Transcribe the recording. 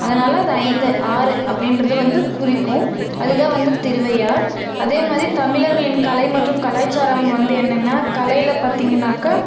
அதனால் அது ஐந்து ஆறு அப்படின்றது வந்து குறிக்கும் அது தான் வந்து திருவையார் அதே மாதிரி தமிழர்களின் கலை மற்றும் கலாச்சாரம் வந்து என்னென்னா கலையில் பார்த்தீங்கன்னாக்கா